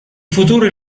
futuro